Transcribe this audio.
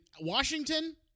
Washington